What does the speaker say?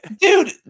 Dude